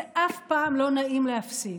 זה אף פעם לא נעים להפסיד.